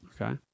Okay